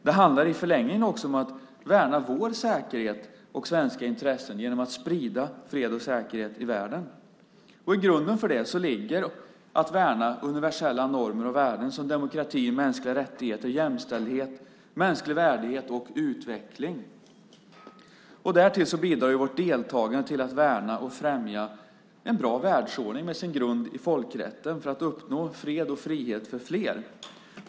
Det handlar i förlängningen också om att värna vår säkerhet och svenska intressen genom att sprida fred och säkerhet i världen. I grunden för det ligger att värna universella normer och värden som demokrati, mänskliga rättigheter, jämställdhet, mänsklig värdighet och utveckling. Därtill bidrar vårt deltagande till att värna och främja en bra världsordning med sin grund i folkrätten för att uppnå fred och frihet för fler.